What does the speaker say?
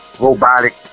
robotic